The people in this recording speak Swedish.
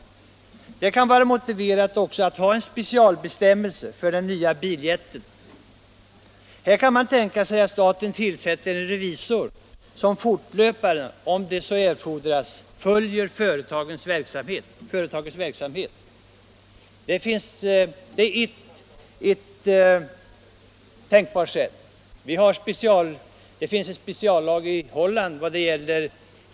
Det kan också vara motiverat att ha en speciell bestämmelse för den nya biljätten. Man kan tänka sig att staten tillsätter en revisor, som om så erfordras fortlöpande följer företagets verksamhet. Det är ett tänkbart sätt. I Holland har man enligt vad som uppgivits för mig en speciallag för Philips verksamhet i Holland.